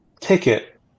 ticket